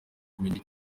ubumenyi